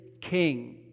king